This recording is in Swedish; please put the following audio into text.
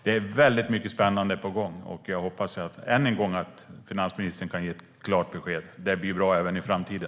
Det är väldigt mycket spännande på gång, och jag hoppas än en gång att finansministern kan ge ett klart besked om att det blir bra även i framtiden.